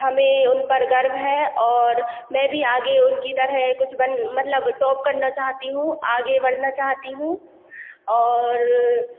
हमें उन पर गर्व है और मैं भी आगे उनकी तरह कुछ बन मतलब टॉप करना चाहती हूँ और